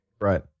right